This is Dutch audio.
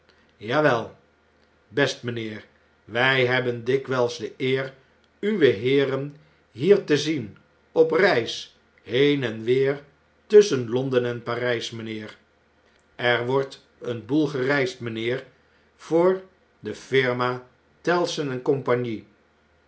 best mijnheer wjj hebben dikwjjls deeer uwe heeren hier te zien op reis heen en weer tusschen londen enparfts mijnheer er wordt een boel gereisd mijnheer voor de firma tellson en compagnie